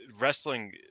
wrestling